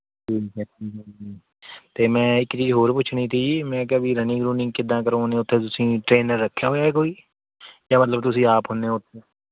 ਅਤੇ ਮੈਂ ਇੱਕ ਚੀਜ਼ ਹੋਰ ਪੁੱਛਣੀ ਤੀ ਜੀ ਮੈਂ ਕਿਆ ਵੀ ਰਨਿੰਗ ਰੂਨਿੰਗ ਕਿੱਦਾਂ ਕਰਾਉਨੇ ਹੋ ਉੱਥੇ ਤੁਸੀਂ ਟ੍ਰੇਨਰ ਰੱਖਿਆ ਹੋਇਆ ਕੋਈ ਜਾਂ ਮਤਲਬ ਤੁਸੀਂ ਆਪ ਹੁੰਦੇ ਹੋ ਉੱਥੇ